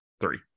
Three